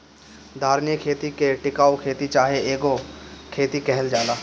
धारणीय खेती के टिकाऊ खेती चाहे इको खेती कहल जाला